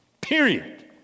Period